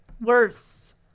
worse